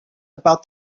about